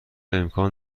امکان